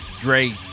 great